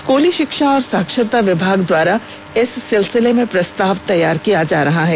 स्कूली शिक्षा एवं साक्षरता विभाग द्वारा इस सिलसिले में प्रस्ताव तैयार किया जा रहा है